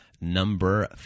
number